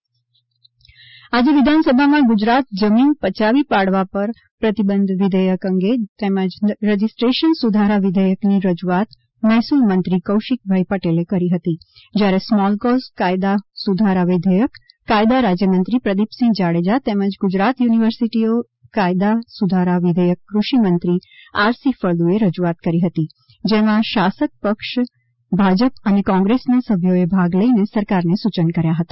વિધાનસભા આજે વિધાનસભામાં ગુજરાત જમીન પયાવી પાડવા પર પ્રતિબંધ વિધેયક અંગે તેમજ રજીસ્ટ્રેશન સુધારા વિધેયકની રજૂઆત મહેસૂલ મંત્રી કૌશિક પટેલે કરી હતી જ્યારે સ્મોલ કોઝ કાયદા સુધારા વિધેયક કાયદા રાજ્યમંત્રી પ્રદીપસિંહ જાડેજા તેમજ ગુજરાત યુનિવર્સિટીઓ કાયદા સુધારા વિધેયક કૃષિમંત્રી આરસી ફળદુએ રજૂઆત કરી હતી જેમાં શાસક પક્ષ ભાજપ અને કોંગ્રેસના સભ્યોએ ભાગ લઇને સરકારને સૂચનો કર્યા હતા